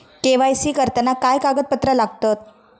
KYC करताना काय कागदपत्रा लागतत?